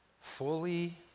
fully